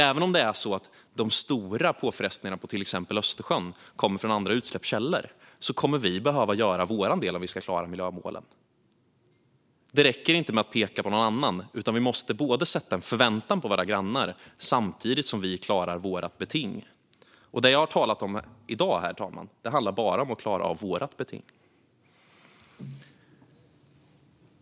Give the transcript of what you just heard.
Även om det är så att de stora påfrestningarna på till exempel Östersjön kommer från andra utsläppskällor kommer vi att behöva göra vår del om vi ska klara miljömålen. Det räcker inte med att peka på någon annan, utan vi måste både sätta en förväntan på våra grannar och samtidigt klara vårt eget beting. Det jag har talat om i dag, fru talman, handlar bara om att klara av vårt eget beting.